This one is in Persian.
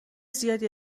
زیادی